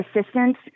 assistance